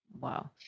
Wow